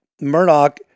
Murdoch